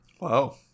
Wow